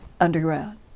underground